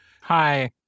Hi